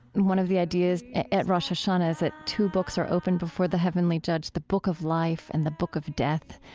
and one of the ideas at at rosh hashanah is that two books are opened before the heavenly judge the book of life and the book of death.